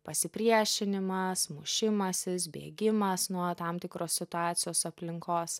pasipriešinimas mušimasis bėgimas nuo tam tikros situacijos aplinkos